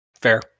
fair